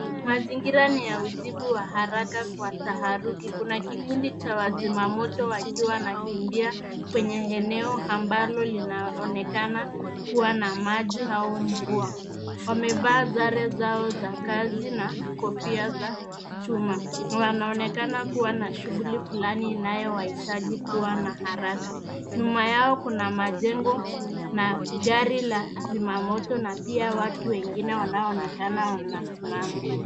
Mazingira ni ya ujibu wa haraka kwa taharuki. Kuna kikundi cha wazima moto wakiwa wanakimbia kwenye eneo ambao linaonekana kuwa na maji au mvua. Wamevaa sare zao za kazi na kofia za chuma. Wanaonekana kuwa na shughuli fulani inayowahitaji kuwa na haraka. Nyuma yao kuna majengo na gari la zima moto na pia watu wengine wanaoonekana wanasimama.